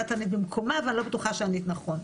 את ענית במקומה ואני לא בטוחה שענית נכון,